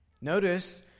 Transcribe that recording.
Notice